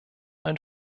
ein